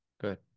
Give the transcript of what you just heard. Good